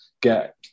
get